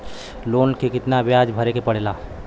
Loan के कितना ब्याज भरे के पड़े ला?